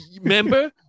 Remember